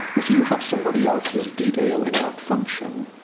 if you have somebody else's detail in that function,